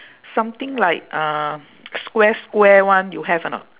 something like uh square square one you have or not